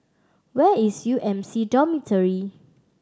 where is U M C Dormitory